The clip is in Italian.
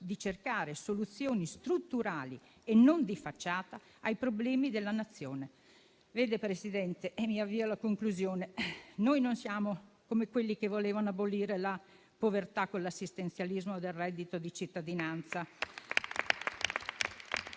di cercare soluzioni strutturali e non di facciata ai problemi della Nazione. Vede, Presidente, avviandomi alla conclusione, noi non siamo come quelli che volevano abolire la povertà con l'assistenzialismo del reddito di cittadinanza.